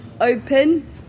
Open